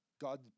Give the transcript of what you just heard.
God